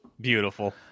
beautiful